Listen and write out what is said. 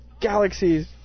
galaxies